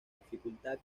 dificultad